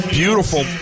beautiful